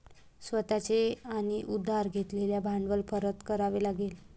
स्वतः चे आणि उधार घेतलेले भांडवल परत करावे लागेल